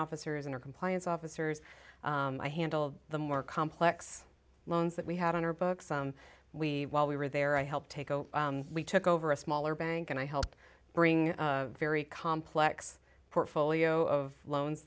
officers in our compliance officers i handled the more complex loans that we had on our books some we while we were there i helped take oh we took over a smaller bank and i helped bring very complex portfolio of loans